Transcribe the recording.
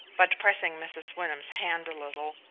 but pressing mrs. wyndham's hand a little,